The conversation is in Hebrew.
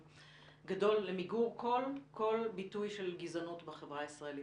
גדול, למיגור כל ביטוי של גזענות בחברה הישראלית.